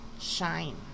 shine